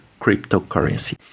cryptocurrency